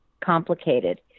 complicated